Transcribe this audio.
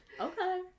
Okay